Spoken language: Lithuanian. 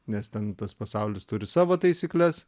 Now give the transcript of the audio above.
nes ten tas pasaulis turi savo taisykles